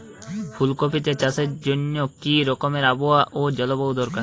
ফুল কপিতে চাষের জন্য কি রকম আবহাওয়া ও জলবায়ু দরকার?